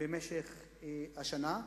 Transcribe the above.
במשך השנה.